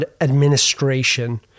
administration